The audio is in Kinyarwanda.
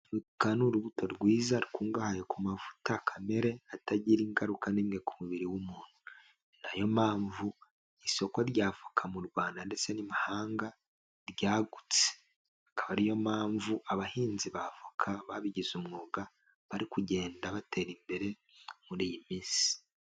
Voka ni urubuto rwiza rukungahaye ku mavuta kamere, atagira ingaruka n'imwe ku mubiri w'umuntu. Ni nayo mpamvu, isoko rya voka mu Rwanda ndetse n'imahanga ryagutse. Akaba ari yo mpamvu abahinzi ba voka, babigize umwuga, bari kugenda batera imbere muri iyi minsi.